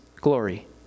glory